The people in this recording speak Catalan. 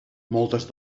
moltes